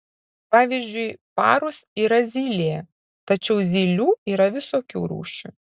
pavyzdžiui parus yra zylė tačiau zylių yra visokių rūšių